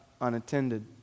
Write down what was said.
unattended